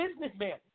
businessman